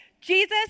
Jesus